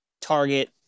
target